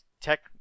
tech